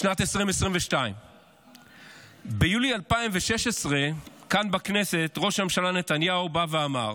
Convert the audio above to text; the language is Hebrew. בשנת 2022. ביולי 2016 כאן בכנסת ראש הממשלה נתניהו בא ואמר